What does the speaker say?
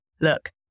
Look